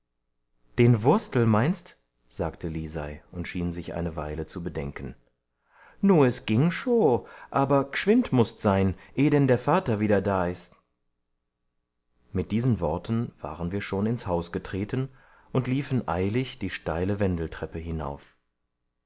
den wurstl meinst sagte lisei und schien sich eine weile zu bedenken nu es ging scho aber g'schwind mußt sein eh denn der vater wieder da ist mit diesen worten waren wir schon ins haus getreten und liefen eilig die steile wendeltreppe hinauf